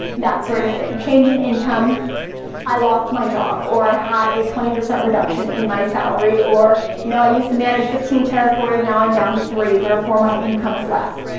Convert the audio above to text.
that sort of thing. change in income i lost my job or i had a twenty percent reduction in my salary or you know, i used to manage fifteen territories now i'm down to three, therefore my income is less.